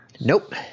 Nope